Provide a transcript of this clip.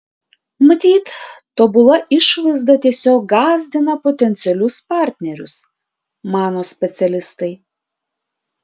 matyt tobula išvaizda tiesiog gąsdina potencialius partnerius mano specialistai